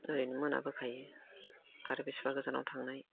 ओरैनो मोनाबोखायो आरो बेसेबा गोजानाव थांनाय